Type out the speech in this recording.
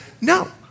no